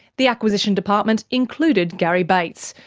the acquisition department included garry bates,